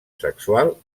sexual